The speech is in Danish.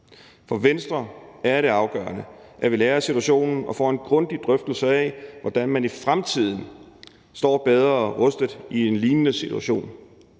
For Venstre er det afgørende, at vi lærer af situationen og får en grundig drøftelse af, hvordan man i fremtiden står bedre rustet i en lignende situation,